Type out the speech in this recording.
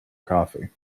coffee